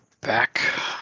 back